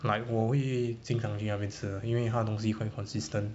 like 我会经常去那边吃因为它东西 quite consistent